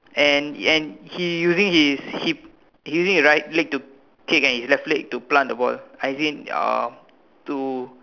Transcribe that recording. and and he using his hip he's using his right to leg to kick and his left leg to plant the ball as in um to